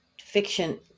fiction